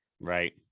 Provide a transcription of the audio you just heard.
Right